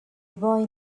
boy